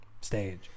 stage